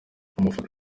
amafoto